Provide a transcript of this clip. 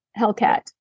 Hellcat